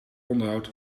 onderhoud